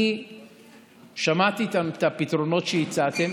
שמעתי את הפתרונות שהצעתם.